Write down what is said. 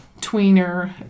tweener